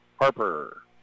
Harper